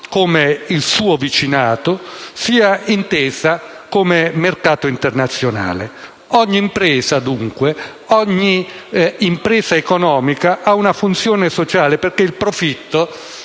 come il suo vicinato, sia intesa come mercato internazionale. Dunque ogni impresa economica ha una funzione sociale, perché il profitto